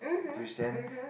which then